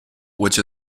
which